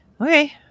Okay